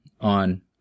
on